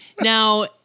Now